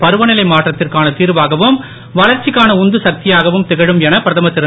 பருவநிலை மாற்றத்திற்கான திர்வாகவும் வளர்ச்சிக்கான உந்து சக்தியாகவும் திகழும் என பிரதமர் திரு